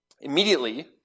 Immediately